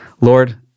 Lord